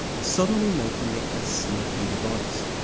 suddenly making it a snappy device.